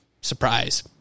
surprise